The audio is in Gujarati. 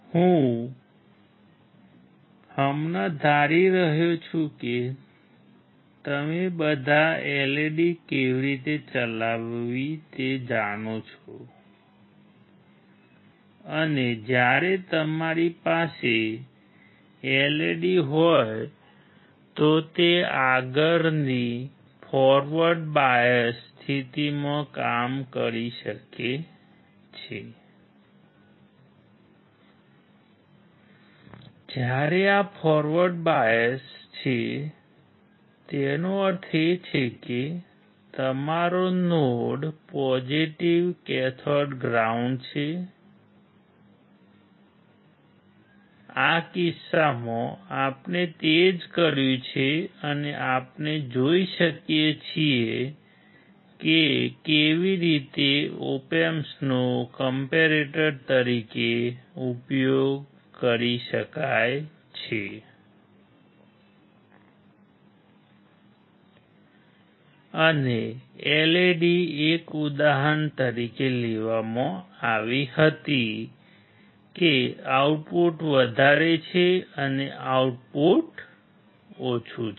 હું હમણાં ધારી રહ્યો છું કે તમે બધા LED કેવી રીતે ચલાવવી તે જાણો છો અને જ્યારે તમારી પાસે LED હોય તો તે આગળની ફોરવર્ડ બાયસ તરીકે ઉપયોગ કરી શકાય છે અને LED એક ઉદાહરણ તરીકે લેવામાં આવી હતી કે આઉટપુટ વધારે છે અને આઉટપુટ ઓછું છે